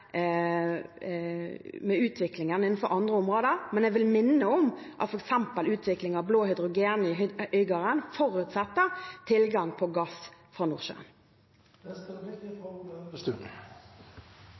utviklingen innenfor andre områder. Jeg vil minne om at f.eks. utvikling av blå hydrogen i Øygarden forutsetter tilgang på gass fra Nordsjøen.